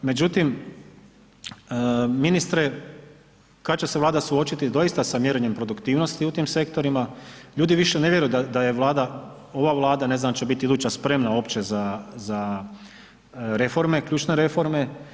Međutim, ministre kad će se Vlada suočiti doista sa mjerenjem produktivnosti u tim sektorima, ljudi više ne vjeruju da je Vlada, ova Vlada ne znam hoće li iduće biti spremna uopće za, za reforme, ključne reforme.